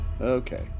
okay